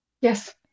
Yes